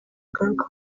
agaruka